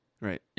Right